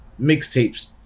mixtapes